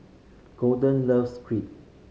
Golden loves Crepe